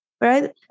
right